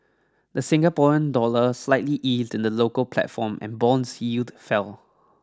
the Singaporean dollar slightly eased in the local platform and bonds yield fell